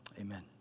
Amen